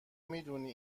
میدونی